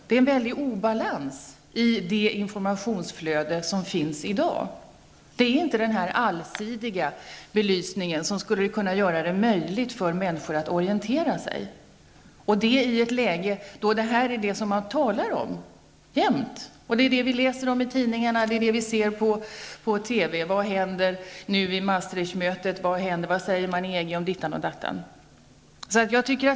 Det är en stor obalans i dagens informationsflöde. Det är inte fråga om någon allsidig belysning som skulle kunna göra det möjligt för människor att orientera sig, särskilt nu när man så ofta diskuterar EG. Vi läser om EG i tidningarna, ser på TV vad som händer vid Maastrichtmötet och vi kan höra vad man säger i EG om det ena och det andra.